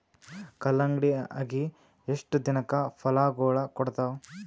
ಕಲ್ಲಂಗಡಿ ಅಗಿ ಎಷ್ಟ ದಿನಕ ಫಲಾಗೋಳ ಕೊಡತಾವ?